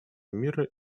мира